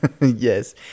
Yes